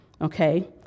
Okay